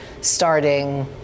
starting